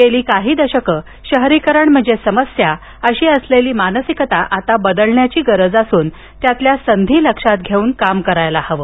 गेली काही दशकं शहरीकरण म्हणजे समस्या अशी असलेली मानसिकता आता बदलण्याची गरज असून त्यातील संधी लक्षात घेऊन काम करायला हवं